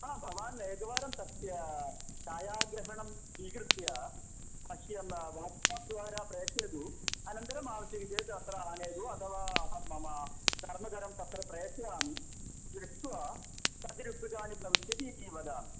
हा भवान् एकवारं तस्य छायाग्रहणं स्वीकृत्य मह्यं वाट्साप्द्वारा प्रेषयतु अनन्तरम् आवश्यकं चेत् अत्र आनयतु अथवा अहं मम कर्मकरं तत्र प्रेषयामि दृष्ट्वा कति रूप्यकाणि भविष्यति इति वदामि